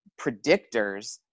predictors